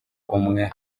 umwe